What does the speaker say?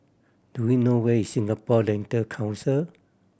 do you know where is Singapore Dental Council